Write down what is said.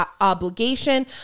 obligation